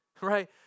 right